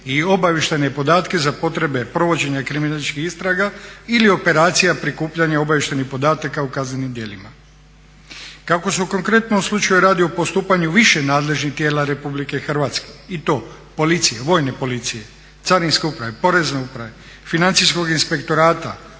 i obavještajne podatke za potrebe provođenja kriminalističkih istraga ili operacija prikupljanja obavještajnih podataka u kaznenim djelima. Kako se konkretno u slučaju radi o postupanju više nadležnih tijela RH i to policije, vojne policije, carinske uprave, porezne uprave, financijskog inspektorata,